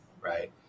right